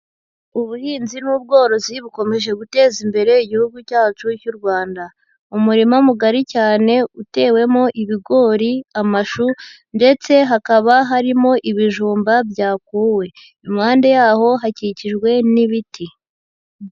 Ubuhinzi n'ubworozi bukomeje guteza imbere igihugu cyacu cy'u Rwanda, umurima mugari cyane utewemo ibigori, amashu ndetse hakaba harimo ibijumba byakuwe, impande yaho hakikijwe n'ibiti.